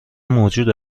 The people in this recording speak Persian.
موجود